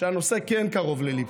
שהנושא כן קרוב לליבך.